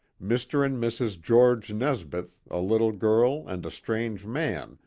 mr. and mrs. george nesbeth, a little girl, and a strange man,